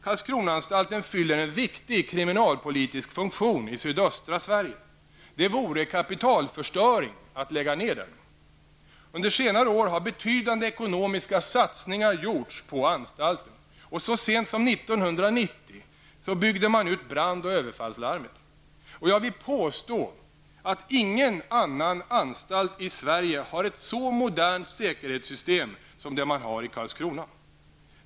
Karlskronaanstalten fyller en viktig kriminalpolitisk funktion i sydöstra Sverige. Det vore kapitalförstöring att lägga ned den. Under senare år har betydande ekonomiska satsningar gjorts på anstalten. Så sent som 1990 byggde man ut brand och överfallslarmet. Jag vill påstå att ingen annan anstalt i Sverige har ett så modernt säkerhetssystem som det man har i Karlskrona.